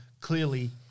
clearly